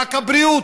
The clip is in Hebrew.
רק הבריאות.